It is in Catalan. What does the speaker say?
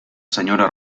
senyora